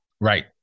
Right